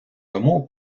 тому